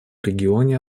регионе